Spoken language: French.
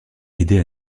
aidé